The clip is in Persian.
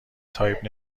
تایپ